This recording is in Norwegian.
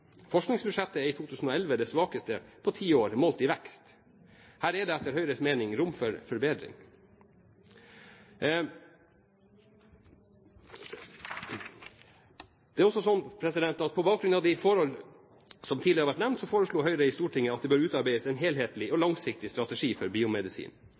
Forskningsbudsjettet er i 2011 det svakeste på ti år målt i vekst. Her er det etter Høyres mening rom for forbedring. På bakgrunn av de forhold som tidligere har vært nevnt, foreslo Høyre i Stortinget at det bør utarbeides en helhetlig og langsiktig strategi for biomedisin.